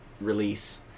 release